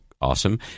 awesome